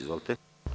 Izvolite.